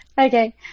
Okay